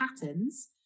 patterns